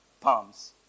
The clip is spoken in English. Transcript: palms